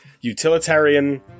Utilitarian